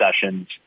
sessions